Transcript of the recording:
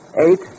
Eight